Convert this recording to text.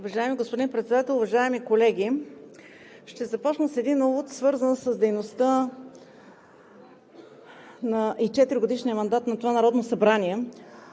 Уважаеми господин Председател, уважаеми колеги! Ще започна с един увод, свързан с дейността и четиригодишния мандат на това Народно събрание,